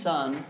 Son